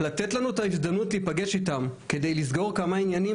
לתת לנו את ההזדמנות להיפגש איתם כדי לסגור כמה עניינים,